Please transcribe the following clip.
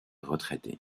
retraité